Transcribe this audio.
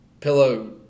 pillow